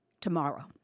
tomorrow